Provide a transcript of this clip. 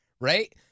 right